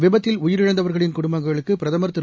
விபத்தில் உயிரிழந்தவர்களின் குடும்பங்களுக்குபிரதமர் திரு